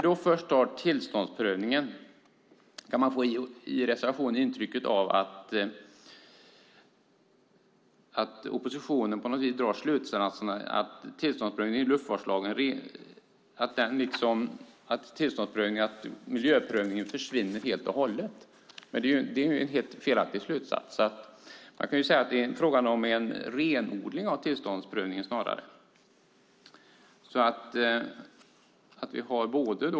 Utifrån reservationen kan man få intrycket att oppositionen på något vis drar slutsatsen att miljöprövningen vid tillståndsprövningen enligt luftfartslagen helt och hållet försvinner. Det är en helt felaktig slutsats. Det är snarare fråga om en renodling av tillståndsprövningen.